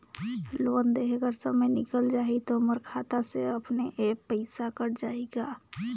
Loan देहे कर समय निकल जाही तो मोर खाता से अपने एप्प पइसा कट जाही का?